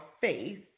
faith